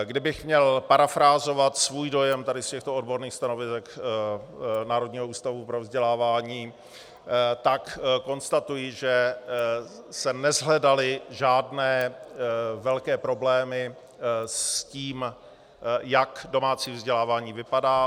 Kdybych měl parafrázovat svůj dojem z těchto odborných stanovisek Národního ústavu pro vzdělávání, tak konstatuji, že se neshledaly žádné velké problémy s tím, jak domácí vzdělávání vypadá.